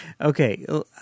Okay